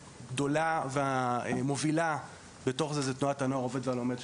הגדולה והמובילה בתוך זה היא תנועת ׳הנוער העובד והלומד,